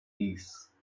peace